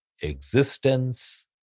existence